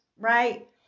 right